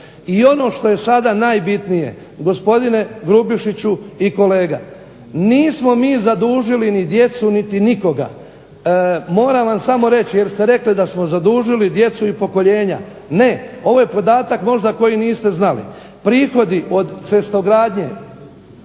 I ono što je sada najbitnije gospodine Grubišiću i kolega, nismo mi zadužili ni djecu niti nikoga. Moram vam samo reći jer ste rekli da smo zadužili djecu i pokoljenja. Ne. Ovo je podatak koji niste možda znali. Prihodi od cestogradnje